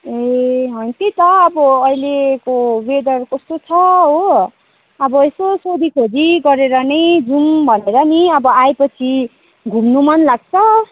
ए त्यही त अब अहिलेको वेदर कस्तो छ हो अब यसो सोधिखोजी गरेर नै जाउँ भनेर नि अब आएपछि घुम्नु मन लाग्छ